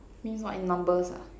mean what in numbers ah